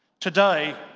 today,